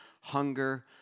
hunger